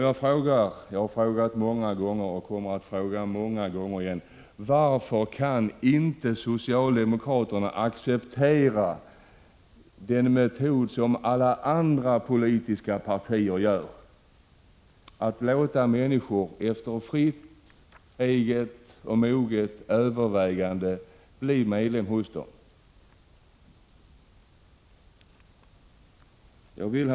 Jag har frågat många gånger och kommer att fråga många gånger till: Varför kan inte socialdemokraterna acceptera den metod som alla andra politiska partier accepterar, nämligen att låta människor efter fritt, eget och moget övervägande bli medlemmar hos dem? Herr talman!